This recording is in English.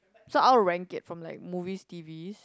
so I would rank it from like movies T_V